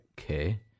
okay